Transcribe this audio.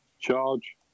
Charge